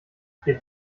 friert